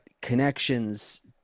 connections